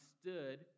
stood